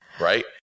Right